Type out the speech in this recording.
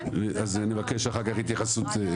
אז אני אבקש אחר כך התייחסות.